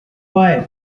why